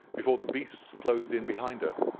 before the beasts closed in behind her,